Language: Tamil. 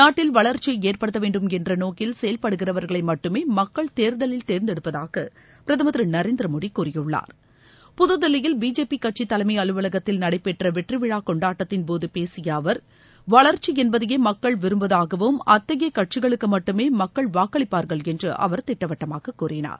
நாட்டில் வளர்ச்சியை ஏற்படுத்தவேண்டும் என்ற நோக்கில் செயல்படுகிறவர்களை மட்டுமே மக்கள் தேர்தலில் தேர்ந்தெடுப்பதாக பிரதமர் திரு நரேந்திர மோடி கூறியுள்ளார் புத்தில்லியில் பிஜேபி கட்சி தலைமை அலுவலகத்தில் நடைபெற்ற வெற்றி விழா கொண்டாட்டத்தின் போது பேசிய அவர் வளர்ச்சி என்பதையே மக்கள் விரும்புவதாகவும் அத்தகைய கட்சிகளுக்கு மட்டுமே மக்கள் வாக்களிப்பார்கள் என்று அவர் திட்டவட்டமாக கூறினார்